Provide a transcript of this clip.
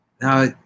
Now